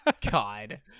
God